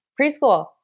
preschool